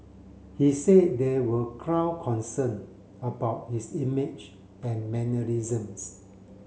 he said there were ground concern about his image and mannerisms